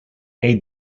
est